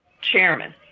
Chairman